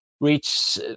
reach